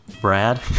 Brad